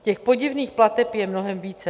Těch podivných plateb je mnohem více.